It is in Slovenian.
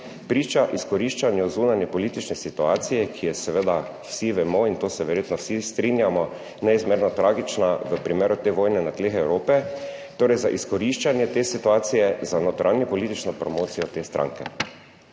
priča izkoriščanju zunanjepolitične situacije, ki je seveda vsi vemo in to se verjetno vsi strinjamo, neizmerno tragična v primeru te vojne na tleh Evrope, torej za izkoriščanje te situacije za notranjepolitično promocijo te stranke.